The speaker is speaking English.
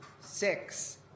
six